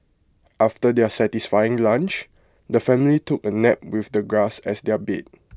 after their satisfying lunch the family took A nap with the grass as their bed